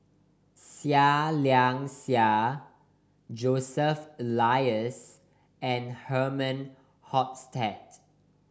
Seah Liang Seah Joseph Elias and Herman Hochstadt